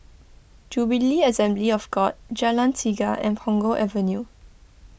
Jubilee Assembly of God Jalan Tiga and Punggol Avenue